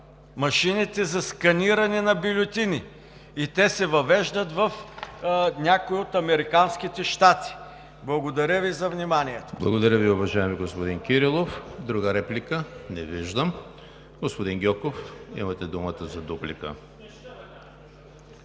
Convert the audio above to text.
машините за сканиране на бюлетини и те се въвеждат в някои от Американските щати. Благодаря Ви за вниманието. ПРЕДСЕДАТЕЛ ЕМИЛ ХРИСТОВ: Благодаря Ви, уважаеми господин Кирилов. Друга реплика? Не виждам. Господин Гьоков, имате думата за дуплика.